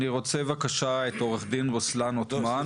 אני רוצה בבקשה את עוה"ד רוסלאן עותמאן.